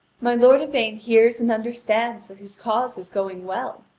my lord yvain hears and understands that his cause is going well,